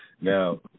now